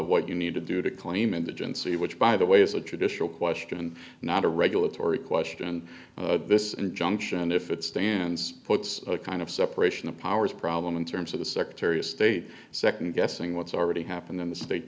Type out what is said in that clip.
what you need to do to claim indigency which by the way is a traditional question not a regulatory question this injunction if it stands puts a kind of separation of powers problem in terms of the secretary of state second guessing what's already happened in the state